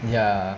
ya